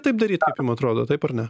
taip daryti kaip jum atrodo taip ar ne